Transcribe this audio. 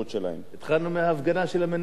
התחלנו מההפגנה של המנועים.